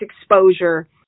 exposure